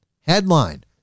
Headline